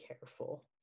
careful